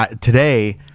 today